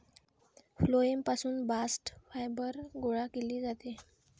phloem पासून bast fibre गोळा केले जाते